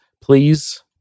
please